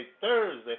Thursday